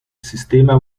sistema